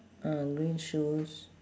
uh green shoes